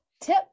Tip